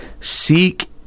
Seek